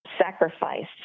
sacrificed